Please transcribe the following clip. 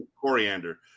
Coriander